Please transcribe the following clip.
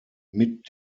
mit